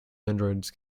androids